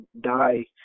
die